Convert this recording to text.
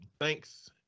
thanks